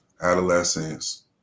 adolescents